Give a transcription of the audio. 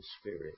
Spirit